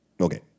okay